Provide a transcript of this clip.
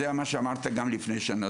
זה מה שאמרת גם לפני שנה.